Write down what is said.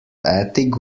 attic